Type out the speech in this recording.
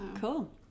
cool